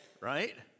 right